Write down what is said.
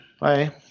bye